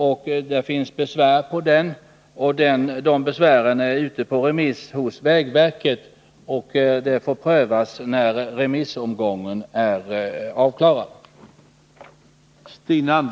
Den har föranlett besvär, och besvären är ute på remiss hos vägverket. Besvären får prövas när remissomgången är avklarad.